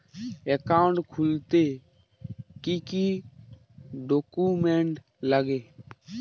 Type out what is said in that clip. Account খুলতে কি কি ডকুমেন্ট লাগবে?